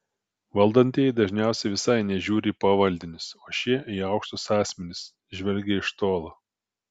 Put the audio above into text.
valdantieji dažniausiai visai nežiūri į pavaldinius o šie į aukštus asmenis žvelgia iš tolo